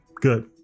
good